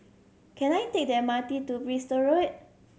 can I take the M R T to Bristol Road